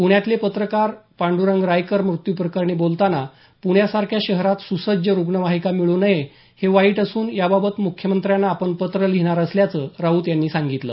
पृण्यातले पत्रकार पांडरंग रायकर मृत्यू प्रकरणी बोलताना पुण्यासारख्या शहरात सुसज्ज रुग्णवाहिका मिळू नये हे वाईट असून याबाबत म्ख्यमंत्र्यांना आपण पत्र लिहिणार असल्याचं राऊत यांनी सांगितलं